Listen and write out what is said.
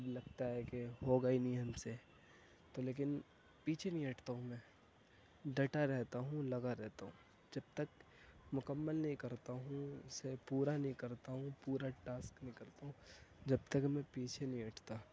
اب لگتا ہے کہ ہوگا ہی نہیں ہم سے تو لیکن پیچھے نہیں ہٹتا ہوں میں ڈٹا رہتا ہوں لگا رہتا ہوں جب تک مکمل نہیں کرتا ہوں اسے پورا نہیں کرتا ہوں پورا ٹاسک نہیں کرتا ہوں جب تک میں پیچھے نہیں ہٹتا